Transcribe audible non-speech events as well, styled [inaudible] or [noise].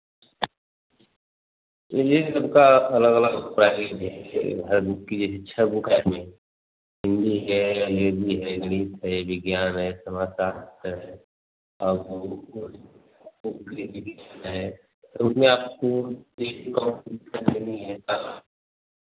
यह यह सबका अलग अलग प्राइस दिया है कि हर बुक की जो इच्छा है वह [unintelligible] हिंदी है अंग्रेजी है गणित है विज्ञान है समाज शास्त्र है और वह भूगोल [unintelligible] है उसमें आपको लेनी है [unintelligible] सारा